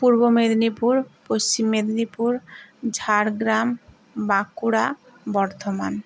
Purba Medinipur Paschim Medinipur Jhargram Bankura Bardhaman